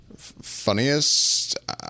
funniest